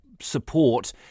support